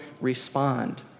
respond